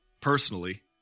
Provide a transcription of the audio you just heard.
Personally